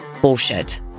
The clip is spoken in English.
Bullshit